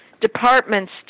departments